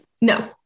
No